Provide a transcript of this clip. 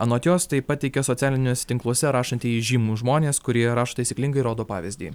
anot jos tai pateikia socialiniuose tinkluose rašantieji įžymus žmonės kurie rašo taisyklingai rodo pavyzdį